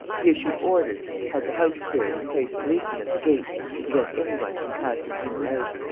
he issued orders, had the house cleared and placed policemen at the gate to prevent any one from passing in or out.